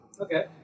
Okay